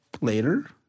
later